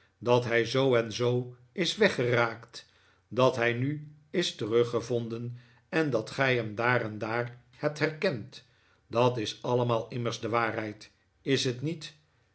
dat hij zoo en zoo is weggeraakt dat hij nu is teruggevonden en dat gij hem daar en daar hebt herkend dat is allemaal immers de waarheid is het niet